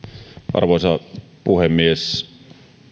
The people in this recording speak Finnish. arvoisa puhemies